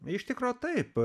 iš tikro taip